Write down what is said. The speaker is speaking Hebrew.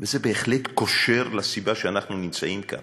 זה בהחלט קושר לסיבה שאנחנו נמצאים כאן.